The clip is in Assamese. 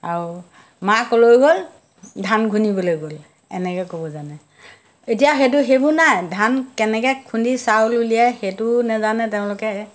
আৰু মা ক'লৈ গ'ল ধান খুন্দিবলৈ গ'ল এনেকৈ ক'ব জানে এতিয়া সেইটো সেইবোৰ নাই ধান কেনেকৈ খুন্দি চাউল উলিয়ায় সেইটোও নাজানে তেওঁলোকে